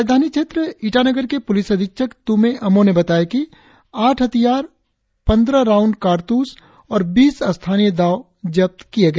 राजधानी क्षेत्र ईटानगर के पुलिस अधिक्षक तूमे अमो ने बताया कि आठ हथियारपंद्रह राउंड कारतुस और बीस स्थानीय दाव जब्त किया गया